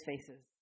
faces